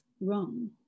wrong